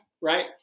right